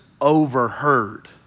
overheard